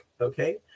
okay